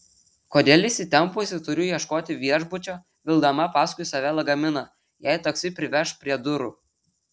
kodėl įsitempusi turiu ieškoti viešbučio vilkdama paskui save lagaminą jei taksi priveš prie durų